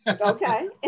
Okay